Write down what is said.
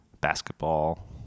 Basketball